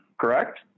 Correct